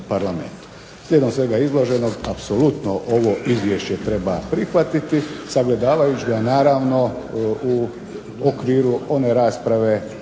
Slijedom svega izloženog apsolutno ovo izvješće treba prihvatiti, sagledavajući ga naravno u okviru one rasprave,